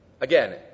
Again